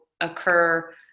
occur